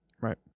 Right